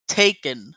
taken